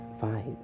five